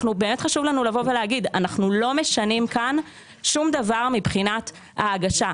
חשוב לנו להגיד שאנחנו לא משנים כאן שום דבר מבחינת ההגשה,